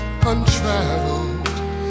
untraveled